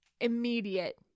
immediate